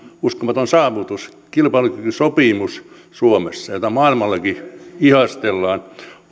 uskomaton saavutus kilpailukykysopimus jota maailmallakin ihastellaan